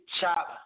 chop